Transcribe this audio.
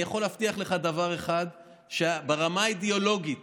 אני יכול להבטיח לך דבר אחד, שברמה האידיאולוגית